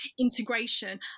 integration